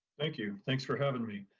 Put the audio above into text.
thank you, thanks for having me.